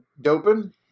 doping